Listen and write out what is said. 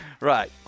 Right